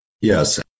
Yes